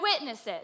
witnesses